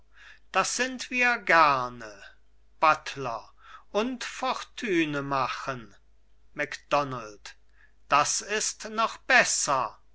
das sind wir gerne buttler und fortüne machen macdonald das ist noch besser